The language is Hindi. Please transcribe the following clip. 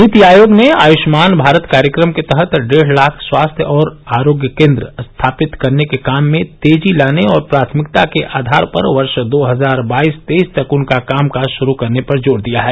नीति आयोग ने आयुष्मान भारत कार्यक्रम के तहत डेढ़ लाख स्वास्थ्य और आरोग्य केन्द्र स्थापित करने के काम में तेजी लाने और प्राथमिकता के आधार पर वर्ष दो हजार बाईस तेईस तक उनका कामकाज शुरू करने पर जोर दिया है